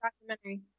documentary